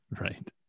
Right